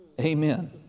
Amen